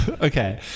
Okay